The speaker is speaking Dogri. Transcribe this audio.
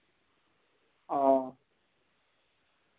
हां